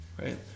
right